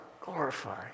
glorify